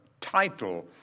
title